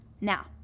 Now